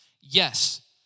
Yes